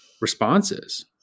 responses